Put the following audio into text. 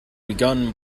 begun